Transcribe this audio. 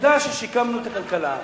עובדה ששיקמנו את הכלכלה.